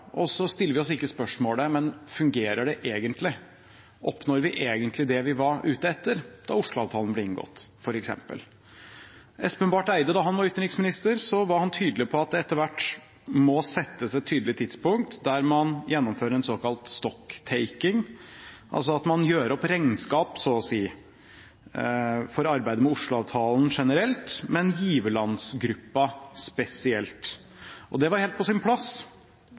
og så stiller vi oss ikke spørsmålet om det egentlig fungerer. Oppnår vi egentlig det vi var ute etter, f.eks. da Oslo-avtalen ble inngått? Da Espen Barth Eide var utenriksminister, var han tydelig på at det etter hvert må settes et klart tidspunkt der man gjennomfører en såkalt «stocktaking», altså at man så å si gjør opp regnskap for arbeidet med Oslo-avtalen generelt, og med giverlandsgruppen spesielt. Det var helt på sin plass,